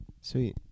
Sweet